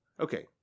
Okay